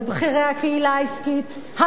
על בכירי הקהילה העסקית,